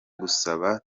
gusaba